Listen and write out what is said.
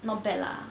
not bad lah